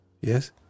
yes